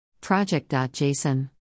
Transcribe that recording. Project.json